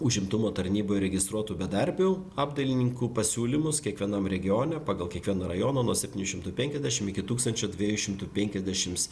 užimtumo tarnyboje registruotų bedarbių apdailininkų pasiūlymus kiekvienam regione pagal kiekvieno rajono nuo septynių šimtų penkiasdešimt iki tūkstančio dviejų šimtų penkiasdešimt